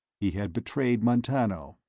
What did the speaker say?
he had betrayed montano,